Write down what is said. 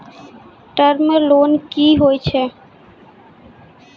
Term loan कि होय छै?